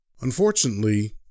Unfortunately